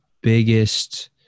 biggest